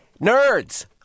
nerds